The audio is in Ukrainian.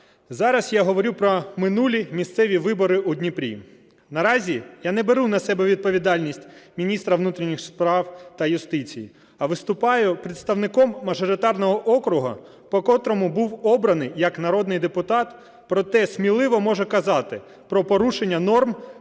зараз я говорю про минулі місцеві вибори у Дніпрі. Наразі я не беру на себе відповідальність міністра внутрішніх справ та юстиції, а виступаю представником мажоритарного округу, по котрому був обраний як народний депутат, проте сміливо можу казати про порушення норм